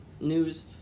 news